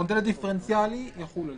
המודל הדיפרנציאלי יחול עליהם.